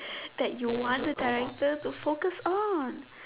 that you want the director to focus on